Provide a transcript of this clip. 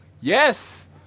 Yes